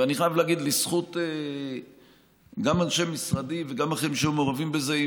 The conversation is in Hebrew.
ואני חייב להגיד גם לזכות אנשי משרדי וגם אחרים שהיו מעורבים בזה,